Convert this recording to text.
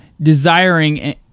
desiring